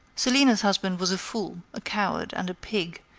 celina's husband was a fool, a coward, and a pig,